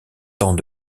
tant